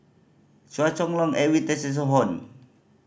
Chua Chong Long Edwin Tessensohn